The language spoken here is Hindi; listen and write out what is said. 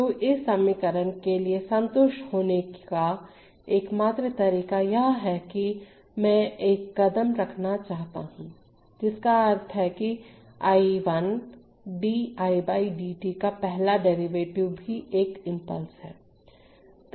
तो इस समीकरण के लिए संतुष्ट होने का एकमात्र तरीका यह है कि मैं एक कदम रखना चाहता हूं जिसका अर्थ है कि I 1 d I 1 d t का पहला डेरीवेटिव भी एक इम्पल्स है